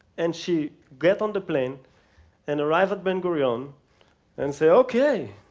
and she gets on the plane and arrives at ben gurion and says, okay,